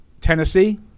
Tennessee